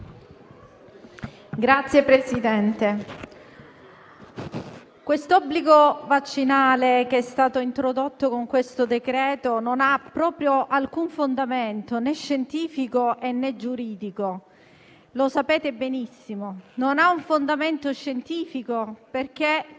Signor Presidente, l'obbligo vaccinale che è stato introdotto con questo decreto-legge non ha proprio alcun fondamento, né scientifico, né giuridico. E lo sapete benissimo. Non ha un fondamento scientifico, perché